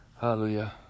hallelujah